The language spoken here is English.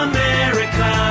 America